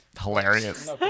hilarious